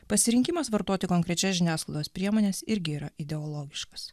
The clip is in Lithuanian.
pasirinkimas vartoti konkrečias žiniasklaidos priemones irgi yra ideologiškas